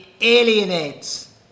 alienates